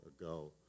ago